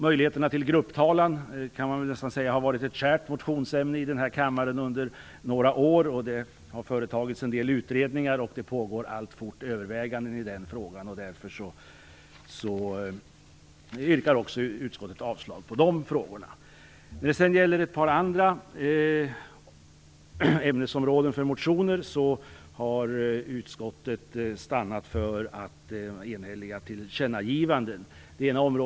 Möjligheterna till grupptalan kan sägas ha varit ett kärt motionsämne i kammaren under några år. Det har genomförts en del utredningar, och överväganden pågår alltfort i frågan. Utskottet yrkar därför avslag också på motionerna i den frågan. På ett par andra ämnesområden för motioner har utskottet stannat för enhälliga tillkännagivanden.